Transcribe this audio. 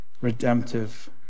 redemptive